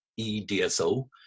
EDSO